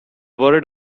worried